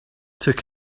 took